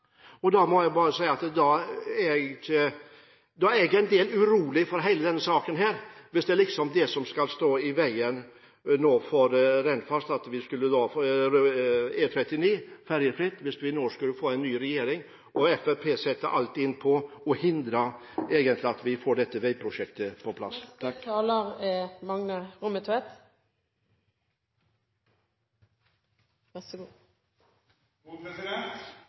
Da er jeg noe urolig for hele denne saken – hvis det som skal stå i veien for ferjefri E39 er at vi nå skulle få en ny regjering, og Fremskrittspartiet setter alt inn på å hindre at vi får dette veiprosjektet på plass. Takk for ein fin debatt så